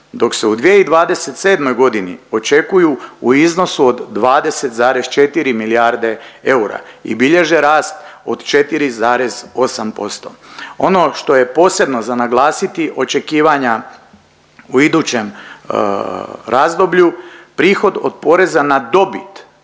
dok se u 2027. godini očekuju u iznosu od 20,4 milijarde eura i bilježe rast od 4,8%. Ono što je posebno za naglasiti očekivanja u idućem razdoblju prihod od poreza na dobit